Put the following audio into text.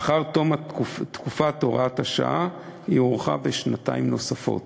לאחר תום תקופת הוראת השעה היא הוארכה בשנתיים נוספות.